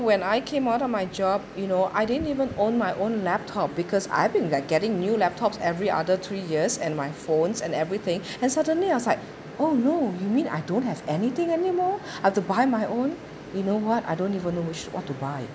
when I came out of my job you know I didn't even own my own laptop because I've been there getting new laptops every other three years and my phones and everything and suddenly I was like oh no you mean I don't have anything anymore I've to buy my own you know what I don't even know which what to buy